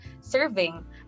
serving